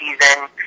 season